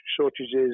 shortages